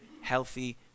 healthy